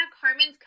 Carmen's